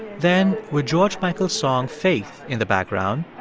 then with george michael's song faith in the background,